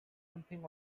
something